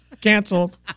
Canceled